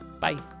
Bye